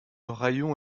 raïon